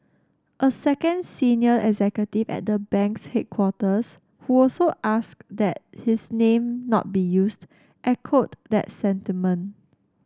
a second senior executive at the bank's headquarters who also asked that his name not be used echoed that sentiment